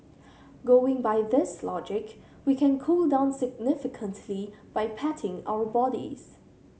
going by this logic we can cool down significantly by patting our bodies